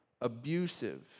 abusive